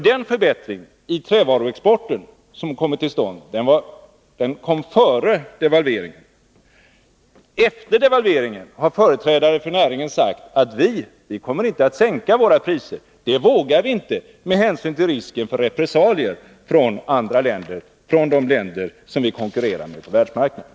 Den förbättring av trävaruexporten som kommit till stånd kom före devalveringen. Efter devalveringen har företrädare för näringen sagt: Vi kommer inte att sänka våra priser, det vågar vi inte med hänsyn till risken för repressalier från de länder som vi konkurrerar med på världsmarknaden.